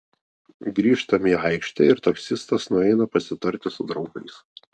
grįžtam į aikštę ir taksistas nueina pasitarti su draugais